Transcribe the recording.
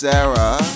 Sarah